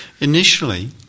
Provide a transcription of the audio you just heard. initially